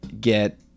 get